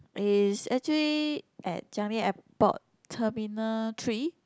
is actually at Changi Airport terminal three